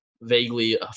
vaguely